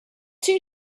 two